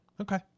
Okay